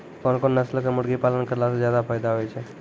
कोन कोन नस्ल के मुर्गी पालन करला से ज्यादा फायदा होय छै?